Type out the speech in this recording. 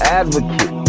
advocate